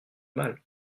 mal